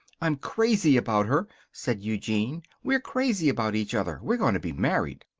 i'm crazy about her, said eugene. we're crazy about each other. we're going to be married.